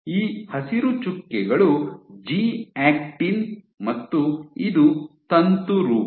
ಈ ಹಸಿರು ಚುಕ್ಕೆಗಳು ಜಿ ಆಕ್ಟಿನ್ ಮತ್ತು ಇದು ತಂತು ರೂಪ